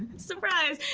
surprise.